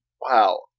Wow